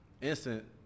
instant